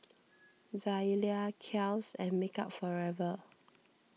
Zalia Kiehl's and Makeup Forever